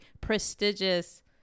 prestigious